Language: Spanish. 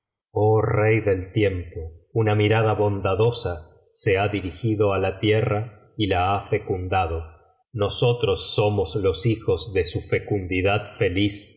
oh rey del tiempo una mirada bondadosa se lia dirigido á la fierra y la ha fecundado nosotros somos los hijos de su fecundidad feliz